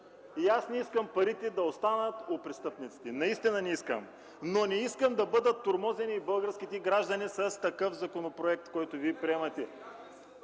и аз не искам парите да останат у престъпниците. Наистина не искам, но не искам да бъдат тормозени и българските граждани с такъв законопроект, който Вие приемате.